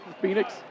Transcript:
Phoenix